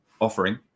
offering